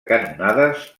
canonades